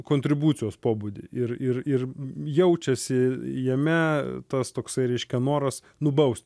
kontribucijos pobūdį ir ir ir jaučiasi jame tas toksai reiškia noras nubausti